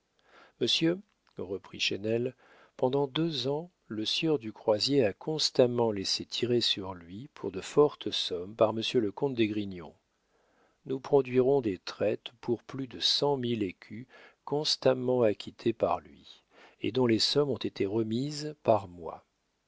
monsieur reprit chesnel pendant deux ans le sieur du croisier a constamment laissé tirer sur lui pour de fortes sommes par monsieur le comte d'esgrignon nous produirons des traites pour plus de cent mille écus constamment acquittées par lui et dont les sommes ont été remises par moi